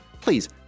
please